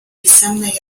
pisemnej